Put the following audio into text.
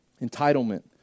Entitlement